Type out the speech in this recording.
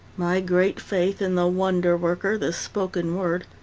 my great faith in the wonder worker, the spoken word,